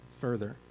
further